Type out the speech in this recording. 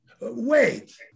Wait